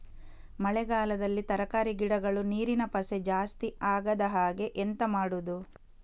ಮಳೆಗಾಲದಲ್ಲಿ ತರಕಾರಿ ಗಿಡಗಳು ನೀರಿನ ಪಸೆ ಜಾಸ್ತಿ ಆಗದಹಾಗೆ ಎಂತ ಮಾಡುದು?